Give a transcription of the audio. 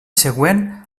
següent